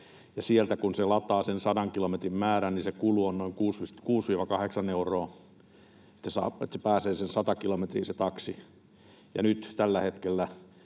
Sieltä kun se lataa sen 100 kilometrin määrän, niin se kulu on noin 6—8 euroa, että se taksi pääsee sen 100 kilometriä. Nyt tällä hetkellä,